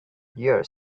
yours